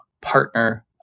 partner